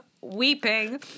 weeping